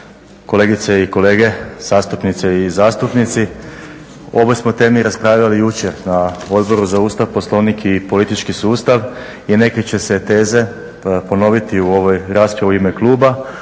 Kolegice i kolege zastupnice i zastupnici. O ovoj smo temi raspravljali jučer na Odboru za Ustav, Poslovnik i politički sustav i neke će se teze ponoviti u ovoj raspravi u ime kluba.